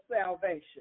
salvation